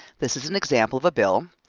this is an example of a bill.